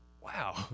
wow